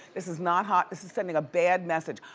this is not hot, this is sending a bad message.